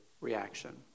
Reaction